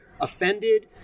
offended